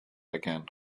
again